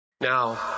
Now